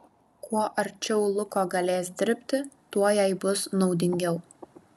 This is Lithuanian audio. kuo arčiau luko galės dirbti tuo jai bus naudingiau